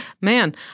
Man